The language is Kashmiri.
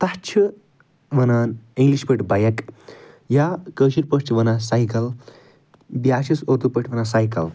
تتھ چھِ ونان اِنٛگلِش پٲٹھۍ بایِک یا کٲشر پٲٹھۍ چھِ ونان سایکَل یا چھِس اردو پٲٹھۍ ونان سایکَل